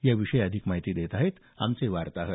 याविषयी अधिक माहिती देत आहेत आमचे वार्ताहर